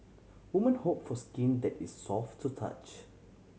woman hope for skin that is soft to touch